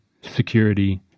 security